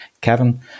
Kevin